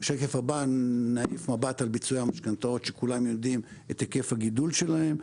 נעיף מבט על ביצועי המשכנתאות שכולם יודעים את היקף הגידול שלהם.